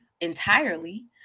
entirely